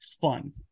fun